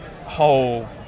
whole